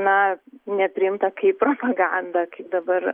na nepriimta kaip propaganda kaip dabar